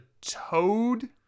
toad